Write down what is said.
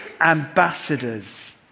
ambassadors